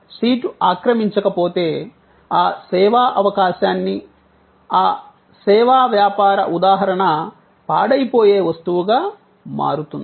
seat ఆక్రమించకపోతే ఆ సేవా అవకాశాన్ని ఆ సేవా వ్యాపార ఉదాహరణ పాడైపోయే వస్తువుగా మారుతుంది